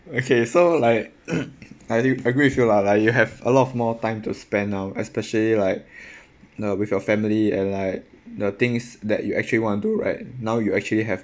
okay so like I do agree with you lah like you have a lot of more time to spend now especially like with your family and like the things that you actually want to do right now you actually have